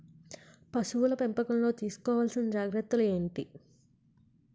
పశువుల పెంపకంలో తీసుకోవల్సిన జాగ్రత్తలు ఏంటి?